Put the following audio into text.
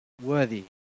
worthy